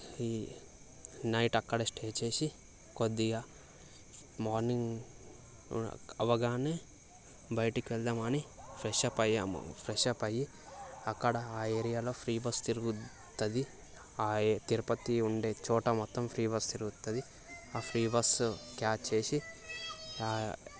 night అక్కడే stay చేసి కొద్దిగా మార్నింగ్ అవగానే బయటికి వెళదామని ఫ్రెష్ అప్ అయ్యాము ఫ్రెష్ అప్ అయ్యి అక్కడ ఆ ఏరియాలో ఫ్రీ బస్సు తిరుగుతుంది ఆ తిరుపతి ఉండే చోటు మొత్తం ఫ్రీ బస్సు తిరుగుతుంది ఆ ఫ్రీ బస్సు క్యాచ్ చేసి